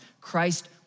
Christ